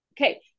Okay